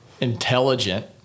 intelligent